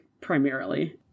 primarily